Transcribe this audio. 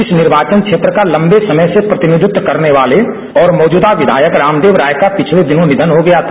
इस निर्वाचन क्षेत्र का लंबे समय से प्रतिनिधित्व करने वाले और मौजूदा विधायक रामदेव राय का पिछले दिनों निधन हो गया था